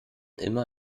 immer